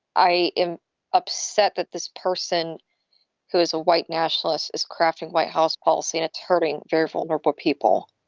i am upset that this person who is a white nationalist is crafting white house policy and it's hurting very vulnerable people.